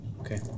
Okay